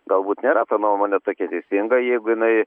galbūt nėra ta nuomonė tokia teisinga jeigu jinai